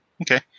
Okay